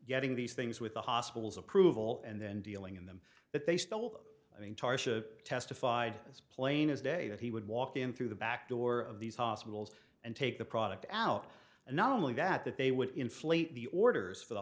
getting these things with the hospital's approval and then dealing in them that they still i mean testified as plain as day that he would walk in through the back door of these hospitals and take the product out and not only that that they would inflate the orders for the